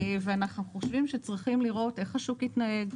ואנחנו חושבים שצריכים לראות איך השוק יתנהג,